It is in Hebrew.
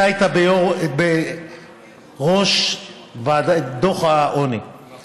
אתה היית ראש דוח העוני, נכון.